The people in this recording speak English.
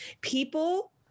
people